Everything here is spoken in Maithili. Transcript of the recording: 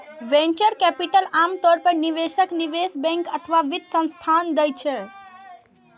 वेंचर कैपिटल आम तौर पर निवेशक, निवेश बैंक अथवा वित्त संस्थान दै छै